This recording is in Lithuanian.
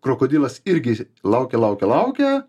krokodilas irgi laukė laukė laukė